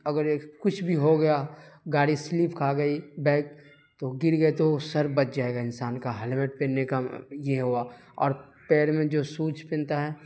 اگر یہ کچھ بھی ہو گیا گاڑی سلپ کھا گئی بیک تو گر گئے تو سر بچ جائے گا انسان کا ہیلمیٹ پہننے کا یہ ہوا اور پیر میں جو سوج پہنتا ہے